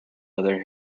other